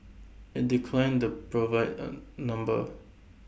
IT declined to provide A number